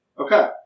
Okay